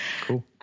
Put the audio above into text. Cool